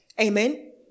Amen